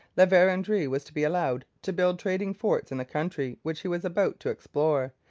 la verendrye was to be allowed to build trading forts in the country which he was about to explore,